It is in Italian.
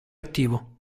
attivo